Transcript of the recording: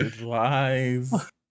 lies